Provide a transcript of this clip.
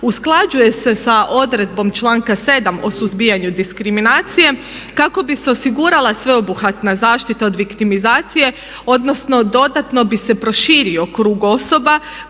usklađuje se sa odredbom članka 7. o suzbijanju diskriminacije kako bi se osigurala sveobuhvatna zaštita od viktimizacije, odnosno dodatno bi se proširio krug osoba